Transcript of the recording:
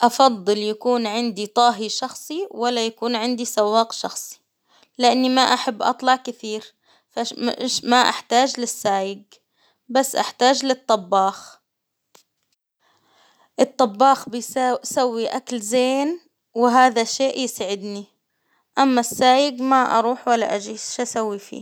أفضل يكون عندي طاهي شخصي، ولا يكون عندي سواق شخصي، لإني ما أحب أطلع كثير، ما احتاج للسايج، بس أحتاج للطباخ، الطباخ بيسا -بيسوي أكل زين، وهذا الشيء يسعدني، أما السايق ما أروح ولا آجي إيش سوي فيه؟